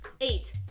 eight